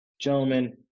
Gentlemen